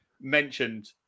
mentioned